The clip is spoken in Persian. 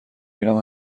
بینم